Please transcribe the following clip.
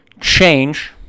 change